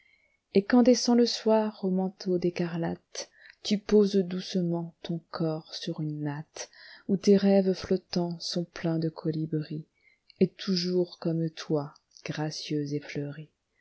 et quand descend le soir au manteau d'écarlate tu poses doucement ton corps sur une natte où tes rêves flottants sont pleins de colibris et toujours comme toi gracieux et fleuris